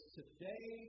today